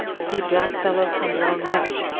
see black fellow come long much,